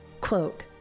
Quote